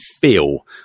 feel